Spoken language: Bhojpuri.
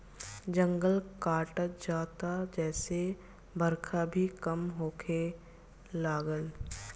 जंगल कटात जाता जेसे बरखा भी कम होखे लागल